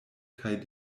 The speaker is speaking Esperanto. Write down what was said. kaj